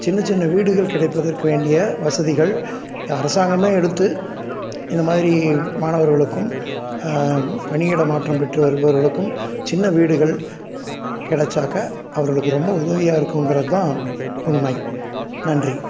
சின்ன சின்ன வீடுகள் கிடைப்பதற்க்கு வேண்டிய வசதிகள் அரசாங்கம் எடுத்து இந்த மாதிரி மாணவர்களுக்கும் பணியிடமாற்றம் பெற்று வருபவர்களுக்கும் சின்ன வீடுகள் கிடைச்சாக்கா அவர்களுக்கு ரொம்ப உதவியாக இருக்குங்கிறது தான் உண்மை நன்றி